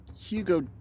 Hugo